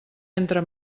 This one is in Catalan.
entre